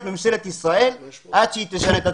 ממשלת ישראל עד שהיא תשנה את עצמה.